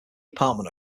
apartment